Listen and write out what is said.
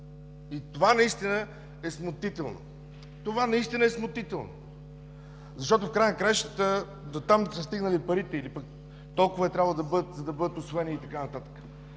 Това наистина е смутително, това наистина е смутително! Защото, в края на краищата дотам са стигнали парите или пък толкова е трябвало да бъдат, за да бъдат усвоени и така нататък.